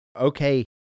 Okay